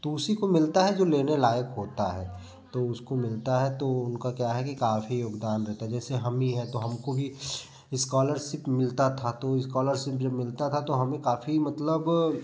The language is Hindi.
तो उसी को मिलता है जो लेने लायक होता है तो उसको मिलता है तो उनका क्या है कि काफ़ी योगदान रहता है जैसे हम ही हैं तो हमको भी इस्कालरसिप मिलता था तो इस्कालरसिप जब मिलता था तो हमें काफ़ी मतलब